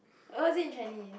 oh was it in Chinese